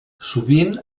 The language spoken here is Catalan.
sovint